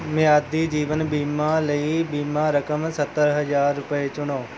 ਮਿਆਦੀ ਜੀਵਨ ਬੀਮਾ ਲਈ ਬੀਮਾ ਰਕਮ ਸੱਤਰ ਹਜ਼ਾਰ ਰੁਪਏ ਚੁਣੋ